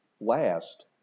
Last